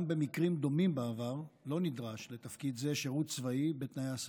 גם במקרים דומים בעבר לא נדרש לתפקיד זה שירות צבאי בתנאי הסף,